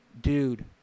Dude